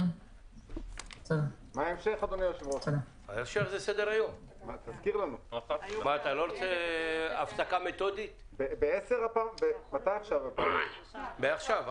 הישיבה ננעלה בשעה 10:06.